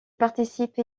participe